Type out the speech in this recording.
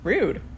Rude